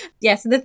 yes